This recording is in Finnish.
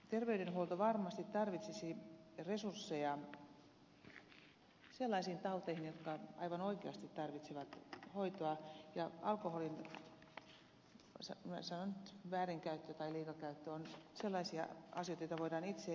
terveydenhuolto varmasti tarvitsisi resursseja sellaisiin tauteihin jotka aivan oikeasti tarvitsevat hoitoa ja alkoholin sanon nyt väärinkäyttö tai liikakäyttö on sellaisia asioita joita voidaan itse ennalta ehkäistä ja johon voidaan itse vaikuttaa